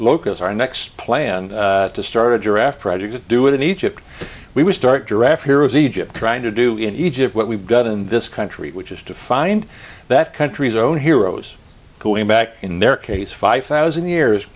locus our next plan to start a giraffe project to do it in egypt we would start giraffe heroes egypt trying to do in egypt what we've done in this country which is to find that country's own heroes going back in their case five thousand years